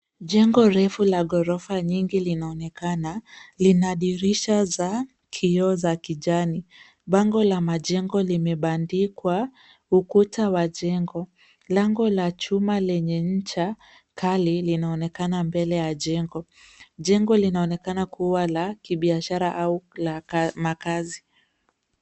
Jengo refu la ghorofa nyingi linaonekana. lina dirisha za kioo za kijani. Bango la majengo limebandikwa ukuta wa jengo. Lango la chuma lenye ncha kalilinaonekana mbele ya jengo. Jengo linaonekana kuwa la kibiashara au la makaazi.